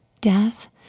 death